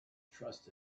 trust